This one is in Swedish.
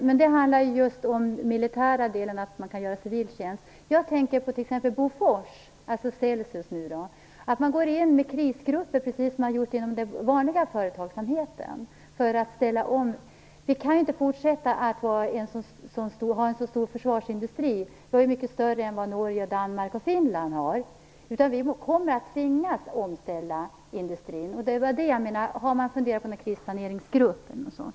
Fru talman! Tack för svaret. Men möjligheten att göra civil tjänst handlar ju om den militära delen. Jag tänker t.ex. på Bofors, där man går in med krisgrupper på samma sätt som man har gjort inom den vanliga företagsamheten. Vi kan ju inte fortsätta att ha en så stor försvarsindustri, som ju är mycket större än den man har i Norge, Danmark och Finland, utan vi kommer att tvingas göra omställningar i industrin. Finns det då några funderingar på någon krisplaneringsgrupp eller liknande?